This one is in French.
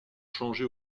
changé